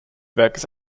werkes